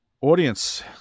Audience